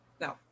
No